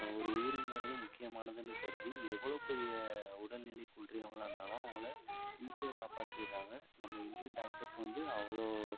ஒரு உயிருங்கிறது முக்கியமானதுன்னு கருதி எவ்வளோ பெரிய உடல்நிலை குன்றியவங்களாக இருந்தாலும் அவங்கள ஈஸியாக காப்பாத்திடுறாங்க நம்ம இந்தியன் டாக்டர்ஸ் வந்து அவ்வளோ